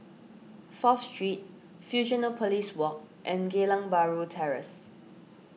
Fourth Street Fusionopolis Walk and Geylang Bahru Terrace